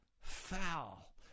foul